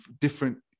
different